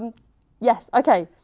yes okay,